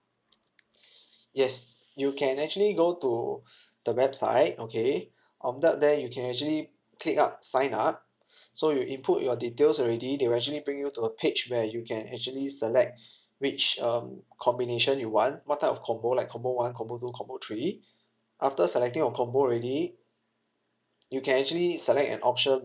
yes you can actually go to the website okay on top there you can actually click up sign up so you input your details already they will actually bring you to a page where you can actually select which um combination you want what type of combo like combo one combo two combo three after selecting your combo already you can actually select an option